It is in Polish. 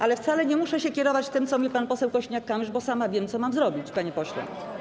Ale wcale nie muszę się kierować tym, co mówi pan poseł Kosiniak-Kamysz, bo sama wiem, co mam zrobić, panie pośle.